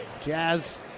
Jazz